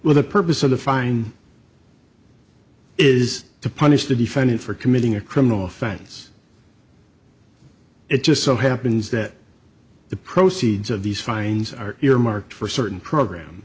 with the purpose of the fine is to punish the defendant for committing a criminal offense it just so happens that the proceeds of these fines are earmarked for certain program